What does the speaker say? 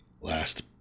last